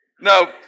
No